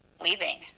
leaving